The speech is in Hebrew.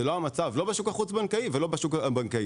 זה לא המצב, לא בשוק החוץ-בנקאי ולא בשוק הבנקאי.